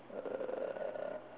uh